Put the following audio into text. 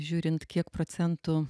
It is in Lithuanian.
žiūrint kiek procentų